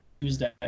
tuesday